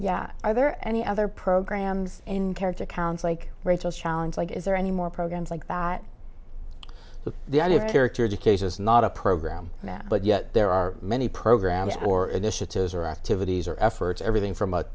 yeah are there any other programs in character counts like greatest challenge like is there any more programs like that with the idea of character education is not a program now but yet there are many programs or initiatives or activities or efforts everything from